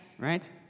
right